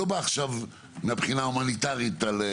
מה הכוונה הומניטרית?